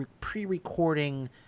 pre-recording